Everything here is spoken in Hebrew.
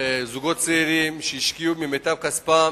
זוגות צעירים שהשקיעו ממיטב כספם